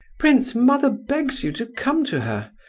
prince, mother begs you to come to her,